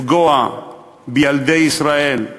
לפגוע בילדי ישראל,